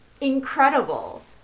incredible